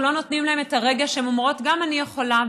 אנחנו לא נותנים להן את הרגע שהן אומרות: גם אני יכולה,